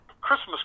Christmas